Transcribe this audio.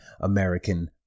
American